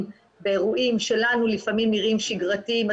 באירועים שלנו לפעמים נראים שגרתיים,